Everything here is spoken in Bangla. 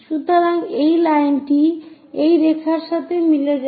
সুতরাং এই লাইনটি এই রেখার সাথে মিলে যায়